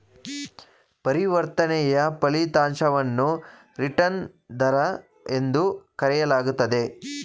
ಪರಿವರ್ತನೆಯ ಫಲಿತಾಂಶವನ್ನು ರಿಟರ್ನ್ ದರ ಎಂದು ಕರೆಯಲಾಗುತ್ತೆ